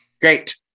Great